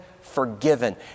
forgiven